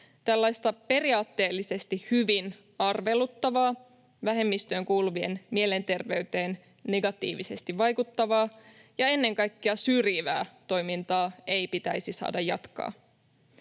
Tällaista periaatteellisesti hyvin arveluttavaa, vähemmistöön kuuluvien mielenterveyteen negatiivisesti vaikuttavaa ja ennen kaikkea syrjivää toimintaa ei pitäisi saada jatkaa.